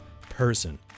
person